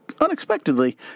unexpectedly